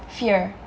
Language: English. fear